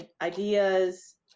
ideas